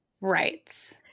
Right